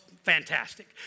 Fantastic